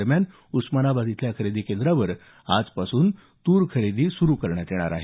दरम्यान उस्मानाबाद इथल्या खरेदी केंद्रावर आजपासून तूर खरेदी सरु करण्यात येणार आहे